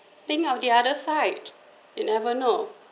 think of the other side you never know